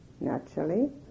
naturally